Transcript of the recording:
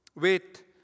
wait